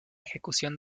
ejecución